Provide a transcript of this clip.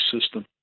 system